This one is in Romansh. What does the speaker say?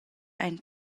ein